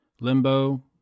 Limbo